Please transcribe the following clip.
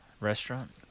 Restaurant